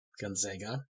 Gonzaga